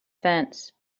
fence